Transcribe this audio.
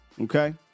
okay